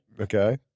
okay